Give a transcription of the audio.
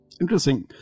interesting